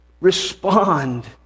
respond